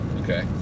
Okay